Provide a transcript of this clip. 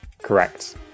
Correct